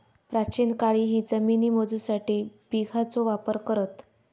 प्राचीन काळीही जमिनी मोजूसाठी बिघाचो वापर करत